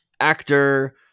actor